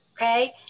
okay